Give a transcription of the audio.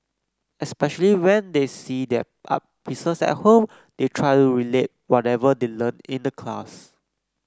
especially when they see their art pieces at home they try to relate whatever they learnt in the class